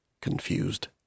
confused